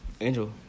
Angel